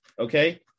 okay